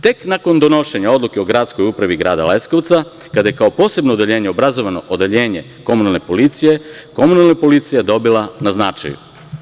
Tek nakon donošenja odluke o Gradskoj upravi grada Leskovca, kada je kao posebno odeljenje obrazovano Odeljenje komunalne policije, komunalna policija je dobila na značaju.